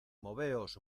moveos